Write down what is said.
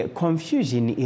confusion